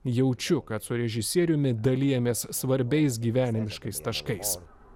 jaučiu kad su režisieriumi dalijamės svarbiais gyvenimiškais taškais